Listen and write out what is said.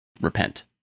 repent